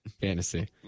Fantasy